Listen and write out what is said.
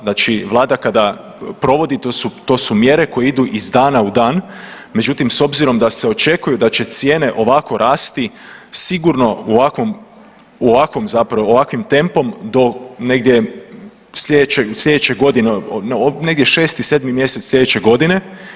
Znači, Vlada kada provodi to su mjere koje idu iz dana u dan, međutim s obzirom da se očekuje da će cijene ovako rasti sigurno ovakvim tempom do negdje sljedeće godine negdje šesti, sedmi mjesec sljedeće godine.